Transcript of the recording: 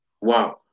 wow